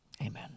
Amen